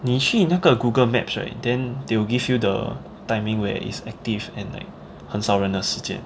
你去那个 Google Maps right then they will give you the timing where is active and like 很少人的时间